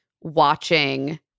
watching